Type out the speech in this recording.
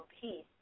peace